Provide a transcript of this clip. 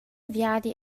viadi